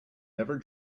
never